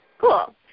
Cool